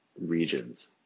regions